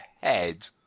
head